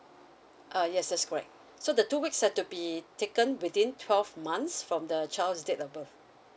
uh yes that's correct so the two weeks have to be taken within twelve months from the child's date of birth